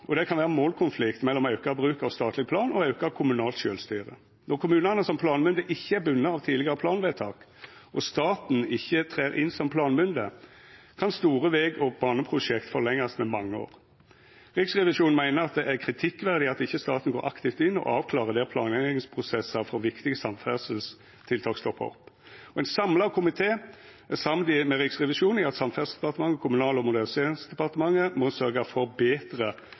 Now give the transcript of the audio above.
og det kan vera målkonflikt mellom auka bruk av statleg plan og auka kommunalt sjølvstyre. Når kommunane som planmynde ikkje er bundne av tidlegare planvedtak og staten ikkje trer inn som planmynde, kan store veg- og baneprosjekt forlengjast med mange år. Riksrevisjonen meiner det er kritikkverdig at staten ikkje går aktivt inn og avklarar der planleggingsprosessar for viktige samferdselstiltak stoppar opp. Ein samla komité er samd med Riksrevisjonen i at Samferdselsdepartementet og Kommunal- og moderniseringsdepartementet må sørgja for betre